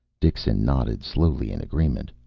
dixon nodded slowly in agreement.